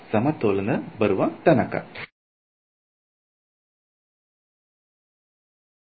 ಸಮತೋಲನ ಬರುವ ತನಕ ಅವರು ಕೇಂದ್ರದ ಕಡೆಗೆ ಅಥವಾ ತುದಿಗಳ ಕಡೆಗೆ ಅಂಟಿಕೊಳ್ಳುತ್ತಾರ